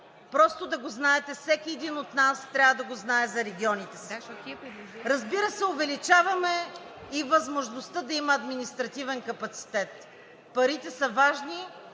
– да го знаете, защото всеки един от нас трябва да го знае за регионите си. Разбира се, увеличаваме и възможността да има административен капацитет. Парите са важни